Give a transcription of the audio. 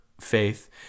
faith